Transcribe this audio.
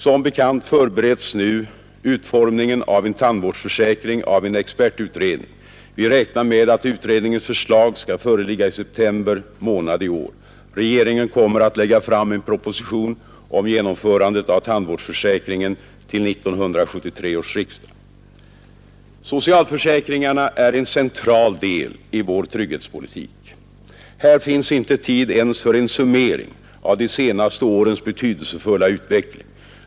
Som bekant förbereds nu utformningen av en tandvårdsförsäkring av en expertutredning. Vi räknar med att utredningens förslag skall föreligga i september månad i år. Regeringen kommer att lägga fram en proposition om genomförandet av tandvårdsförsäkringen till 1973 års riksdag. Socialförsäkringarna är en central del i vår trygghetspolitik. Här finns inte tid ens för en summering av de senaste årens betydelsefulla utveckling.